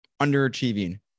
underachieving